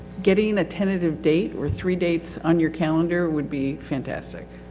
getting a tentative date, or three dates on your calendar would be fantastic.